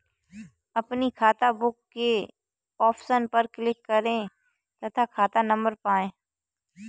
अपनी खाताबुक के ऑप्शन पर क्लिक करें तथा खाता नंबर पाएं